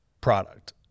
product